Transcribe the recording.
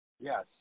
Yes